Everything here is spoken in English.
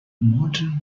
modern